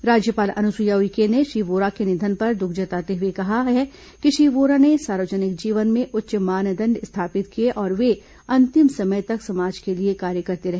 राज्यपाल अनुसुईया उइके ने श्री वोरा के निधन पर दुख जताते हुए कहा है कि श्री वोरा ने सार्वजनिक जीवन में उच्च मानदंड स्थापित किए और वे अंतिम समय तक समाज के लिए कार्य करते रहे